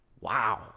Wow